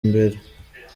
mbere